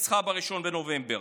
ניצחה ב-1 בנובמבר.